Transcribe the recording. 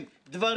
זו האמת.